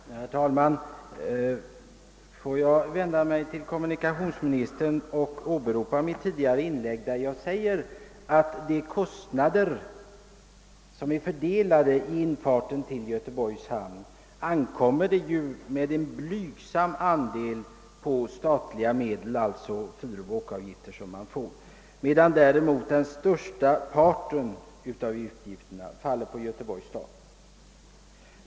Herr talman! Får jag vända mig till kommunikationsministern och åberopa mitt tidigare inlägg där jag sade att av kostnaderna vid infarten till Göteborgs stad faller endast en blygsam del på staten, medan däremot den största delen av utgifterna bestrids av Göteborgs stad.